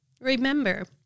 Remember